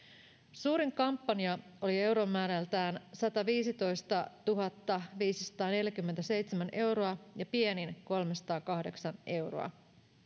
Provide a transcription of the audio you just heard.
suurin kampanja oli euromäärältään sataviisitoistatuhattaviisisataaneljäkymmentäseitsemän euroa ja pienin kolmesataakahdeksan euroa